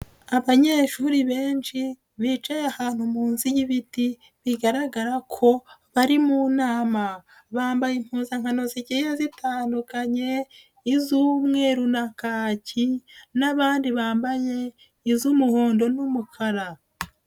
Abanyeshuri benshi bicaye ahantu munsi y'ibiti bigaragara ko bari mu nama, bambaye impuzankano zigiye zitandukanye iz'umweru na kaki n'abandi bambaye iz'umuhondo n'umukara.